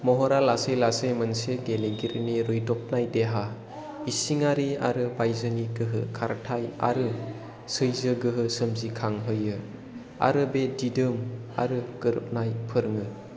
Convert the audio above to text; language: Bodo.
महरआ लासै लासै मोनसे गेलेगिरिनि रुयदबनाय देहा इसिङारि आरो बायजोनि गोहो खारथाइ आरो सैजो गोहो सोमजिखां होयो आरो बे दिदोम आरो गोरोबनाय फोरोङो